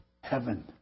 heaven